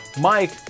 Mike